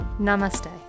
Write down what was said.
Namaste